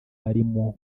barimo